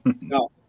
No